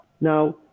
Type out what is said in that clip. Now